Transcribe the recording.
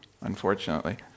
unfortunately